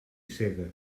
cega